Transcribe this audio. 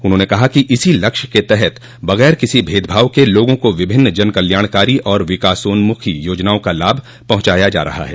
उन्होंने कहा कि इसी लक्ष्य क तहत बग़ैर किसी भेदभाव के लोगों को विभिन्न जनकल्याणकारी और विकासोन्मुखी योजनाओं का लाभ पहुंचाया जा रहा है